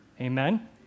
Amen